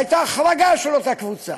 הייתה החרגה של אותה קבוצה.